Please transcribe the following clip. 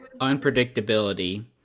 Unpredictability